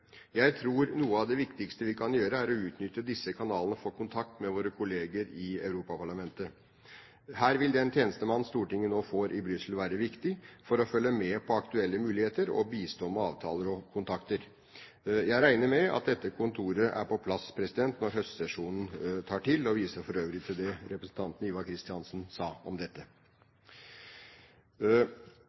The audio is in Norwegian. Jeg tror noe av det viktigste vi kan gjøre, er å utnytte disse kanalene for kontakt med våre kolleger i Europaparlamentet. Her vil den tjenestemannen Stortinget nå får i Brussel, være viktig for å følge med på aktuelle muligheter og bistå med avtaler og kontakter. Jeg regner med at dette kontoret er på plass når høstsesjonen tar til, og viser for øvrig til det representanten Ivar Kristiansen sa om dette.